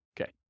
Okay